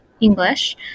English